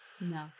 No